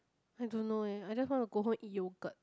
I don't know eh I just want to go home eat yogurt